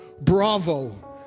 Bravo